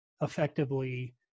effectively